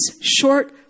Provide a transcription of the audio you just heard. short